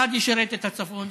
אחת תשרת את הצפון,